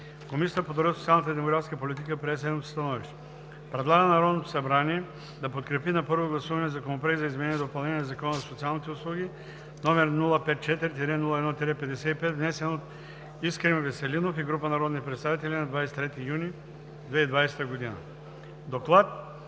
Комисията по труда, социалната и демографската политика прие следното становище: Предлага на Народното събрание да подкрепи на първо гласуване Законопроект за изменение и допълнение на Закона за социалните услуги, № 054-01-55, внесен от Искрен Василев Веселинов и група народни представители на 23 юни 2020 г.“